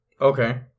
Okay